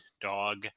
dog